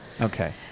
Okay